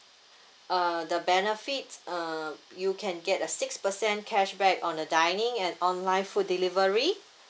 uh the benefits uh you can get a six percent cashback on a dining and online food delivery